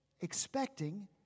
expecting